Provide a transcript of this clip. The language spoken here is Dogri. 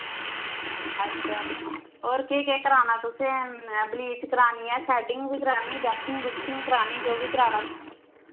अच्छा और केह् केह् कराना तुसें ब्लीच करानी ऐ थ्रैडिंग बी करानी वैक्सिंग वुक्सिंग करानी जो बी कराना